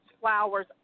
flowers